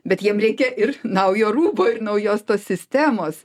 bet jiem reikia ir naujo rūbo ir naujos tos sistemos